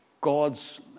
God's